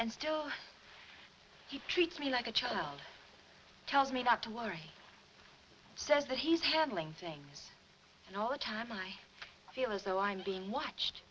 and still he treats me like a child tells me not to worry he says that he's handling things and all the time i feel as though i'm being watched